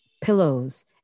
pillows